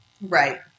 Right